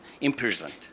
imprisoned